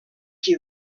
you